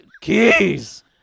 keys